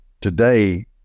today